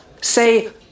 say